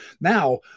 Now